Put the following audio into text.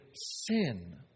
sin